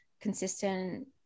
consistent